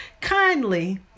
kindly